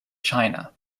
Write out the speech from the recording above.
china